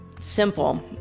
Simple